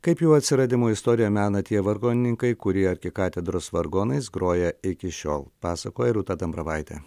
kaip jų atsiradimo istoriją mena tie vargonininkai kurie arkikatedros vargonais groja iki šiol pasakoja rūta dambravaitė